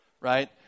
right